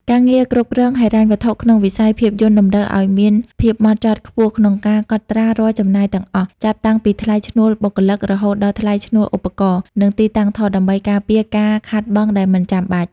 ការងារគ្រប់គ្រងហិរញ្ញវត្ថុក្នុងវិស័យភាពយន្តតម្រូវឱ្យមានភាពហ្មត់ចត់ខ្ពស់ក្នុងការកត់ត្រារាល់ចំណាយទាំងអស់ ចាប់តាំងពីថ្លៃឈ្នួលបុគ្គលិក រហូតដល់ថ្លៃជួលឧបករណ៍ និងទីតាំងថត ដើម្បីការពារការខាតបង់ដែលមិនចាំបាច់។